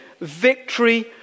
victory